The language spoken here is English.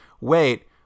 wait